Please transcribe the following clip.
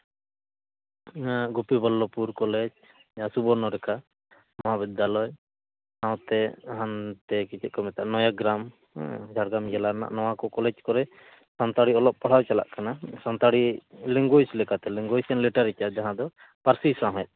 Gopiballavpur college ᱡᱟᱦᱟᱸ ᱥᱩᱵᱚᱨᱱᱚᱨᱮᱠᱷᱟ ᱢᱚᱦᱟᱵᱤᱫᱽᱫᱟᱞᱚᱭ ᱥᱟᱶᱛᱮ ᱦᱟᱱᱛᱮ ᱪᱮᱫ ᱠᱚ ᱢᱮᱛᱟᱜᱼᱟ ᱱᱚᱭᱟᱜᱨᱟᱢ ᱡᱷᱟᱲᱜᱨᱟᱢ ᱡᱮᱞᱟ ᱨᱮᱱᱟᱜ ᱱᱚᱣᱟ ᱠᱚ ᱠᱚᱞᱮᱡᱽ ᱠᱚᱨᱮ ᱥᱟᱱᱛᱟᱲᱤ ᱚᱞᱚᱜ ᱯᱟᱲᱦᱟᱣ ᱪᱟᱞᱟᱜ ᱠᱟᱱᱟ ᱥᱟᱱᱛᱟᱲᱤ ᱞᱮᱝᱜᱩᱭᱮᱡᱽ ᱞᱮᱠᱟᱛᱮ ᱞᱮᱝᱜᱩᱭᱮᱡᱽ ᱮᱱᱰ ᱞᱤᱴᱟᱨᱮᱪᱟᱨ ᱡᱟᱦᱟᱸᱫᱚ ᱯᱟᱹᱨᱥᱤ ᱥᱟᱶᱦᱮᱫ